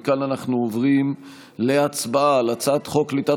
אנחנו עוברים להצבעה על הצעת חוק קליטת